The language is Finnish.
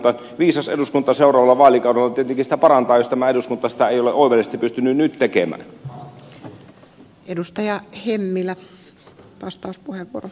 mutta viisas eduskunta seuraavalla vaalikaudella tietenkin sitä parantaa jos tämä eduskunta sitä ei ole oivallisesti pystynyt nyt tekemään